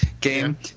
game